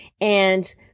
and-